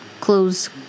close